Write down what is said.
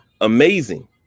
amazing